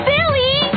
Billy